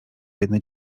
biedne